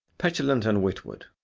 petulant and witwoud